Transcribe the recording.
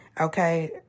okay